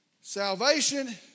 Salvation